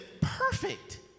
perfect